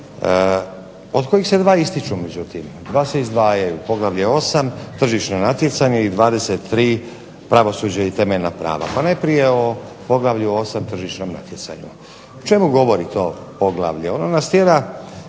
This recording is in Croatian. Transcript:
od kojih se dva ističu međutim, dva se izdvajaju. Poglavlje 8.-Tržišno natjecanje i 23.-Pravosuđe i temeljna prava. Pa najprije o poglavlju 8.-Tržišno natjecanje. O čemu govori to poglavlje? Ono nas tjera